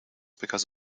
because